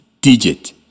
digit